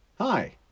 Hi